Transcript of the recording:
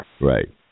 right